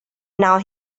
now